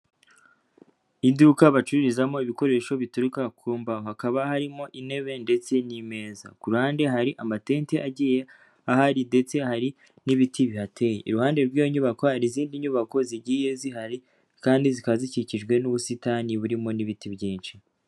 Iduka bacururizamo ibikoresho bituruka ku mbaho, hakaba harimo intebe ndetse n'imeza, ku ruhande hari amatente agiye ahari ndetse hari n'ibiti bihateye, iruhande rw'iyo nyubako hari izindi nyubako zigiye zihari kandi zikaba zikikijwe n'ubusitani burimo n'ibiti byinshi.